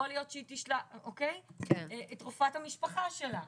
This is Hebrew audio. יכול להיות שהיא תשלח את רופאת המשפחה שלה,